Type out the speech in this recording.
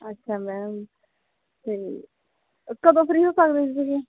ਅੱਛਾ ਮੈਮ ਅਤੇ ਕਦੋਂ ਫਰੀ ਹੋ ਸਕਦੇ ਹੋ ਤੁਸੀਂ